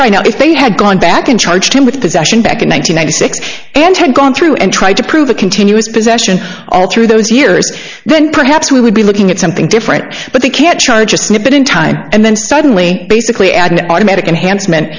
try to if they had gone back and charged him with possession back in one thousand nine hundred sixty and had gone through and tried to prove a continuous possession all through those years then perhaps we would be looking at something different but they can't charge a snippet in time and then suddenly basically add an automatic enhanced meant